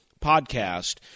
podcast